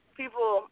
people